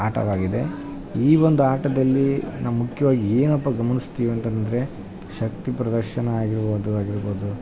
ಆಟವಾಗಿದೆ ಈ ಒಂದು ಆಟದಲ್ಲಿ ನಾವು ಮುಖ್ಯವಾಗಿ ಏನಪ್ಪಾ ಗಮನಿಸ್ತೀವಿ ಅಂತಂದರೆ ಶಕ್ತಿಪ್ರದರ್ಶನ ಆಗಿರ್ಬೌದು ಆಗಿರ್ಬೌದು